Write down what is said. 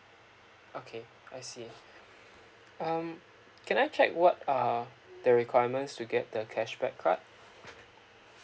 okay I see um can I check what are the requirements to get the cashback card